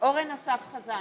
אורן אסף חזן,